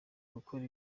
gukora